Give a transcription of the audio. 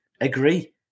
agree